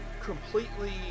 completely